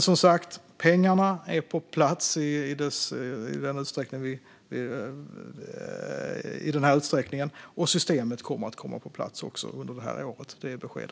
Som sagt: Pengarna är på plats, och systemet kommer att komma på plats under året. Det är mitt besked.